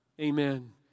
Amen